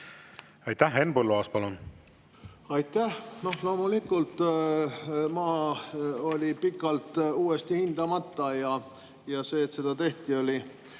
Aitäh! Henn Põlluaas, palun! Aitäh! Loomulikult, maa oli pikalt uuesti hindamata ja see, et seda tehti, oli